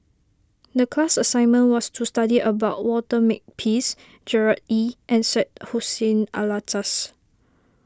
the class assignment was to study about Walter Makepeace Gerard Ee and Syed Hussein Alatas